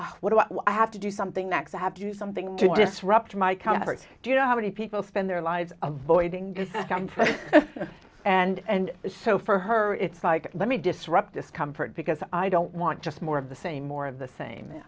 like what do i have to do something next i have to do something to disrupt my comfort do you know how many people spend their lives a void english and so for her it's like let me disrupt discomfort because i don't want just more of the same more of the same